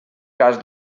cas